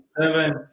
seven